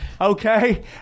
okay